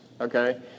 okay